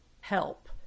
help